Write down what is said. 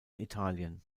italien